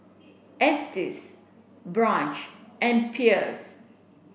Estes Branch and Pierce